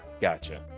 Gotcha